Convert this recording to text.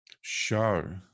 show